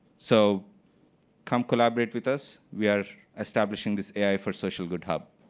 so come collaborate with us. we are establishing this ai for social good health.